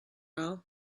all